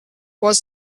was